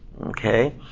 Okay